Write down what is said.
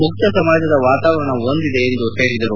ಮುಕ್ತ ಸಮಾಜದ ವಾತಾವರಣ ಹೊಂದಿದೆ ಎಂದು ಹೇಳಿದರು